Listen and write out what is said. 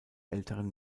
älteren